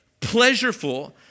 pleasureful